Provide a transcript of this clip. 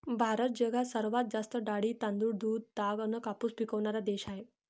भारत जगात सर्वात जास्त डाळी, तांदूळ, दूध, ताग अन कापूस पिकवनारा देश हाय